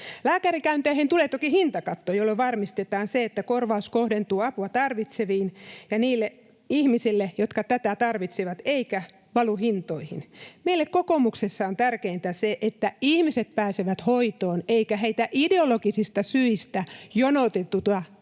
Lääkärikäynteihin tulee toki hintakatto, jolla varmistetaan se, että korvaus kohdentuu apua tarvitseville ja niille ihmisille, jotka tätä tarvitsevat, eikä valu hintoihin. Meille kokoomuksessa on tärkeintä se, että ihmiset pääsevät hoitoon eikä heitä ideologisista syistä jonotuteta